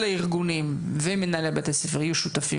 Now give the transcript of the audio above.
הארגונים ומנהלי בתי הספר יהיו שותפים,